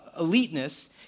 eliteness